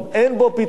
אין בו פתרון.